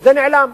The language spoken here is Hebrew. זה נעלם.